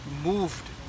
moved